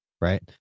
right